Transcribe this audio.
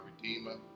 redeemer